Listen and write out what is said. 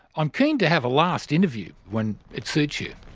i'm keen to have a last interview when it suits you.